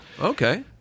okay